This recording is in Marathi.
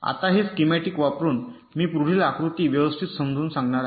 आता हे स्किमॅटिक वापरुन मी पुढील आकृती व्यवस्थित समजावून सांगणार आहे